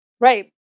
right